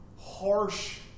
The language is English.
harsh